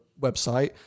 website